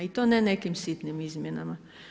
I to ne nekim sitnim izmjenama.